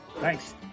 Thanks